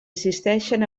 assisteixen